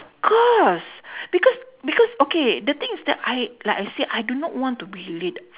course because because okay the thing is that I like I said I do not want to be late